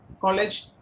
college